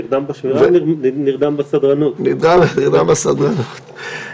נרדם בשמירה, נרדם בסדרנות.